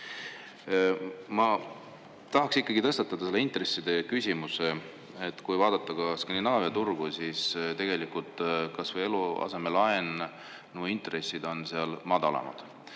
Ma tahaks ikkagi tõstatada selle intresside küsimuse. Kui vaadata ka Skandinaavia turgu, siis tegelikult kas või eluasemelaenu intressid on seal madalamad.